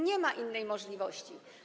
Nie ma innej możliwości.